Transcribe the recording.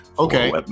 okay